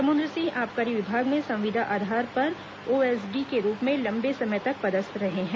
समुन्द्र सिंह आबकारी विभाग में संविदा आधार पर ओएसडी के रूप में लम्बे समय तक पदस्थ रह हैं